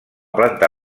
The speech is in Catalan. planta